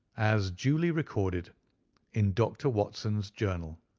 as duly recorded in dr. watson's journal,